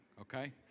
okay